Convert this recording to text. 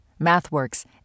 MathWorks